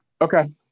Okay